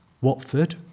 Watford